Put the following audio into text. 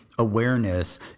Awareness